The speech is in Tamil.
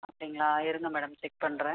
அப்படிங்களா இருங்க மேடம் செக் பண்ணுறேன்